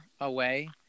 away